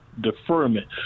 deferment